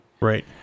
Right